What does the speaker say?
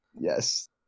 yes